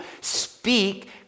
speak